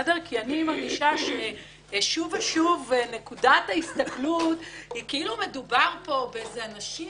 אני מרגישה ששוב ושוב נקודת ההסתכלות היא כאילו מדובר פה באנשים